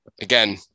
again